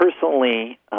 personally